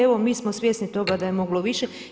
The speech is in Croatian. Evo mi smo svjesni toga da je moglo više.